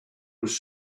was